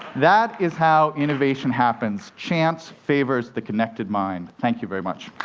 that is how innovation happens. chance favors the connected mind. thank you very much.